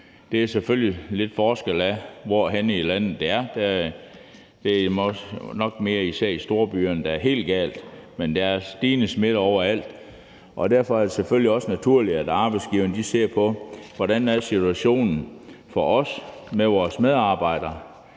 Det er selvfølgelig lidt forskelligt, alt efter hvor i landet det er. Det er nok især i de store byer, at det er helt galt, men der er stigende smittetal overalt, og derfor er det selvfølgelig også naturligt, at arbejdsgiverne ser på: Hvordan er situationen for os med vores medarbejdere